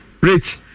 Rich